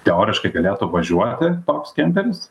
teoriškai galėtų važiuoti toks kemperis